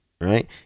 right